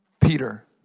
Peter